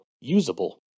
usable